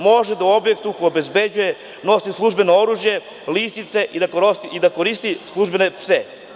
Može da u objektu koji obezbeđuje nosi službeno oružje, lisice i da koristi službene pse.